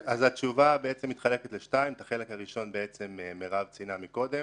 התשובה נחלקת לשניים: החלק הראשון מרב ציינה קודם.